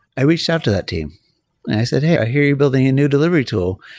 i reached out to that team and i said, hey, i hear you building a new delivery tool.